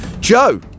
Joe